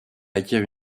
acquiert